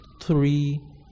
three